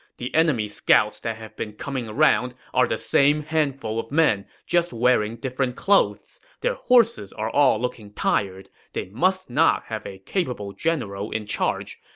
the enemy scouts that have been coming around are the same handful of men, just wearing different clothes. their horses are all looking tired, they must not have a capable general in charge.